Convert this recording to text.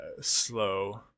slow